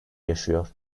yaşıyor